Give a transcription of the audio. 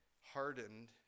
hardened